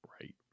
Right